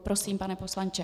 Prosím, pane poslanče.